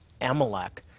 Amalek